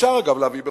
אפשר להביא בחוק,